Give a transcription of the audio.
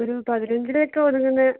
ഒരു പതിനഞ്ചിലേക്ക് ഒതുങ്ങുന്നത്